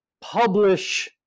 publish